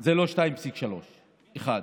זה לא 2.3. זה,